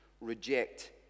Reject